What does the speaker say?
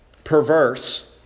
perverse